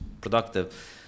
productive